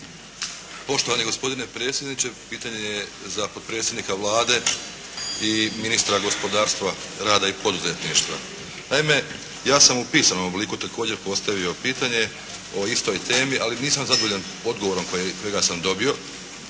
Poštovani gospodine predsjedniče, pitanje je za potpredsjednika Vlade i ministra gospodarstva rada i poduzetništva. Naime, ja sam u pisanom obliku također postavio pitanje o istoj temi, ali nisam zadovoljan odgovorom kojega sam dobio.